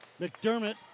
McDermott